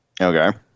Okay